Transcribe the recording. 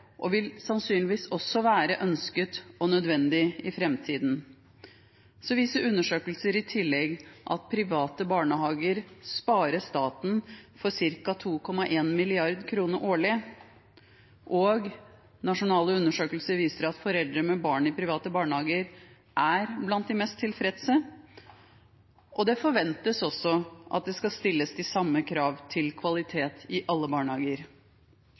og vil sannsynligvis også være ønsket og nødvendig i framtiden. Så viser undersøkelser i tillegg at private barnehager sparer staten for ca. 2,1 mrd. kr årlig, og nasjonale undersøkelser viser at foreldre med barn i private barnehager er blant de mest tilfredse. Det forventes også at det skal stilles de samme krav til kvalitet i alle barnehager.